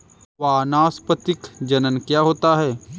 वानस्पतिक जनन क्या होता है?